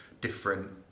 different